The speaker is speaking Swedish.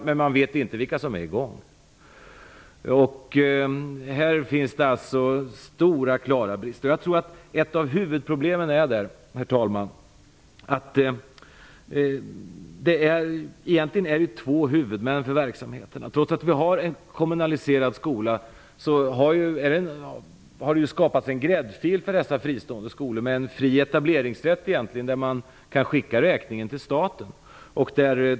Men man vet inte vilka skolor som är i gång. Här finns det alltså stora, klara brister. Herr talman! Jag tror att ett av huvudproblemen är att det egentligen finns två huvudmän för verksamheten. Trots att det finns en kommunaliserad skola har det skapats en gräddfil för dessa fristående skolor med fri etableringsrätt där räkningen kan skickas till staten.